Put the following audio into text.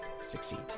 succeed